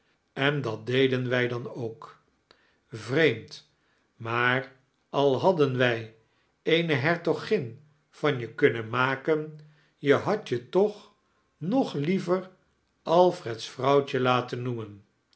en dat deden wij dan ook vreemd maar al hadden wij eene hertogin van je kunnan maken je hadt je toch nog lilever alfred's vrouwtje laten noemen